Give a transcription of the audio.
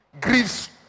grieves